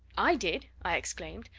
i did! i exclaimed.